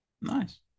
Nice